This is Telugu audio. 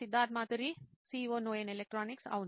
సిద్ధార్థ్ మాతురి CEO నోయిన్ ఎలక్ట్రానిక్స్ అవును